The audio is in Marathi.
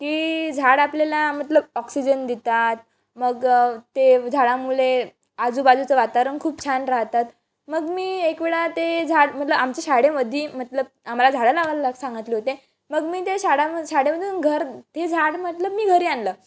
की झाड आपल्याला मतलब ऑक्सिजन देतात मग ते झाडांमुळे आजूबाजूचं वातावरण खूप छान राहतात मग मी एकवेळा ते झाड मतलब आमच्या शाळेमध्ये मतलब आम्हाला झाडं लावायला सांगतले होते मग मी ते शाळाम शाळेमधून घर ते झाड मतलब मी घरी आणलं